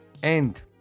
end